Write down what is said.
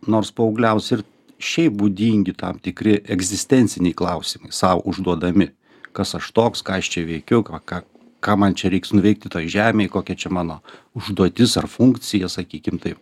nors paaugliams ir šiaip būdingi tam tikri egzistenciniai klausimai sau užduodami kas aš toks ką aš čia veikiu ką ką man čia reiks nuveikti toj žemėj kokia čia mano užduotis ar funkcija sakykim taip